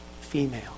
female